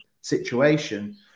situation